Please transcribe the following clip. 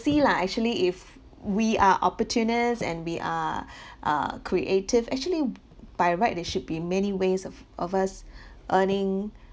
see lah actually if we are opportunists and we are ah creative actually by right there should be many ways of of us earning